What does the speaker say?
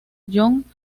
john